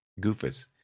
Goofus